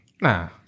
Nah